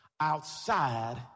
outside